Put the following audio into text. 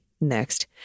next